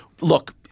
look